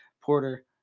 Porter